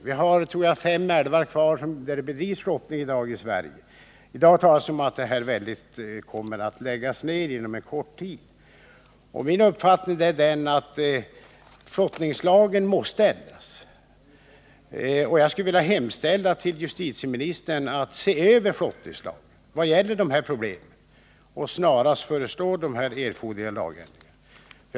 Vi har, tror jag, fem älvar kvar i dagens Sverige där det fortfarande bedrivs flottning, även om det talas om att flottningen också där kommer att läggas ner inom kort. Min uppfattning är att flottningslagen måste ändras. Jag skulle vilja hemställa till justitieministern att se över flottningslagen när det gäller de här problemen och snarast föreslå den erforderliga lagändringen.